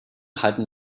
halten